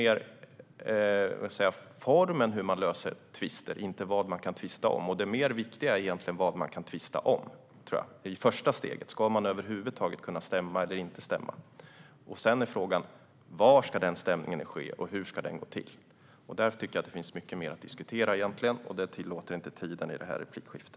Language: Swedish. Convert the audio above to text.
Det handlar mer om formen för hur man löser tvister och inte vad man kan tvista om. Det viktigare är egentligen vad man kan tvista om. Det är det första steget. Ska man över huvud taget kunna stämma eller inte stämma? Sedan är frågan: Var ska stämningen ske, och hur ska den gå till? Där tycker jag egentligen att det finns mycket mer att diskutera, men det tillåter inte tiden i detta replikskifte.